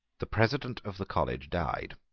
the president of the college died.